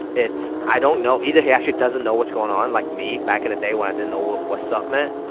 it's i don't know either he actually doesn't know what's going on like me back in the day when i didn't know what what's up meant,